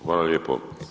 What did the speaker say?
Hvala lijepo.